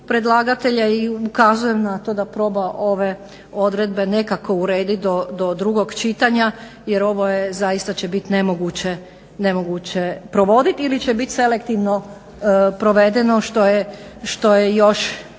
predlagatelja i ukazujem na to na ove odredbe nekako urediti do drugog čitanja jer ovo će zaista biti nemoguće provoditi ili će biti selektivno provedeno što je još